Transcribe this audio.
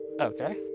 Okay